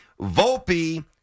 Volpe